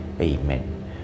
Amen